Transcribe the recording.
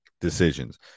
decisions